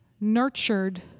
nurtured